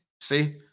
see